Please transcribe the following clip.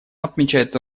отмечается